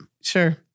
Sure